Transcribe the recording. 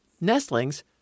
Nestlings